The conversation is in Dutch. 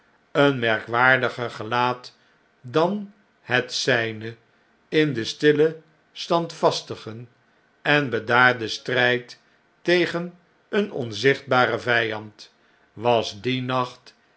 een merkwaardiger gelaat dan het zijne in den stillen standvastigen en bedaardeh strijd tegen een onzichtbaren vjjand was dien nacht